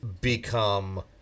become